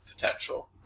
potential